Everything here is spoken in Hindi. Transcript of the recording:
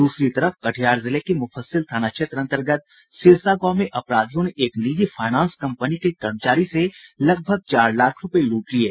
दूसरी तरफ कटिहार जिले के मुफस्सिल थाना क्षेत्र अंतर्गत सिरसा गांव में अपराधियों ने एक निजी फाईनेंस कंपनी के कर्मचारी से लगभग चार लाख रूपये लूट लिये